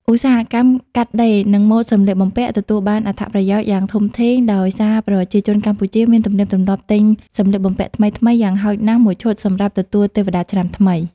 ឧស្សាហកម្មកាត់ដេរ និងម៉ូដសម្លៀកបំពាក់ទទួលបានអត្ថប្រយោជន៍យ៉ាងធំធេង ដោយសារប្រជាជនកម្ពុជាមានទំនៀមទម្លាប់ទិញសម្លៀកបំពាក់ថ្មីៗយ៉ាងហោចណាស់មួយឈុតសម្រាប់ទទួលទេវតាឆ្នាំថ្មី។